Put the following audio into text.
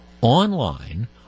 online